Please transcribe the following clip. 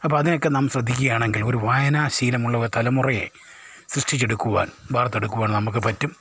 അപ്പോൾ അതിനൊക്കെ നാം ശ്രദ്ധിക്കുകയാണെങ്കിൽ ഒരു വായനാ ശീലം ഉള്ള തലമുറയെ സൃഷ്ടിച്ചെടുക്കുവാൻ വാർത്തെടുക്കുവാൻ നമുക്ക് പറ്റും